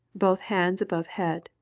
both hands above head,